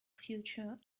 future